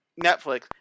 Netflix